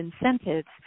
incentives